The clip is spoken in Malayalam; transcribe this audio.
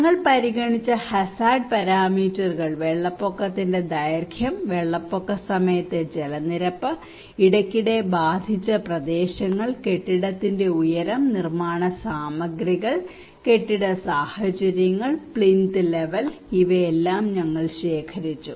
ഞങ്ങൾ പരിഗണിച്ച ഹസാഡ് പാരാമീറ്ററുകൾ വെള്ളപ്പൊക്കത്തിന്റെ ദൈർഘ്യം വെള്ളപ്പൊക്ക സമയത്തെ ജലനിരപ്പ് ഇടയ്ക്കിടെ ബാധിച്ച പ്രദേശങ്ങൾ കെട്ടിടത്തിന്റെ ഉയരം നിർമ്മാണ സാമഗ്രികൾ കെട്ടിട സാഹചര്യങ്ങൾ പ്ലിൻത്ത് ലെവൽ ഇവയെല്ലാം ഞങ്ങൾ ശേഖരിച്ചു